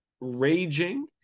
raging